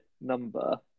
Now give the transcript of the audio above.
number